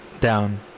Down